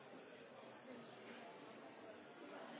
sak